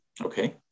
Okay